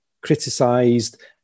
criticised